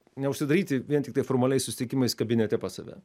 neužsidaryti vien tik formaliais susitikimais kabinete pas save